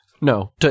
no